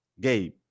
Gabe